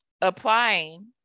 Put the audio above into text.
applying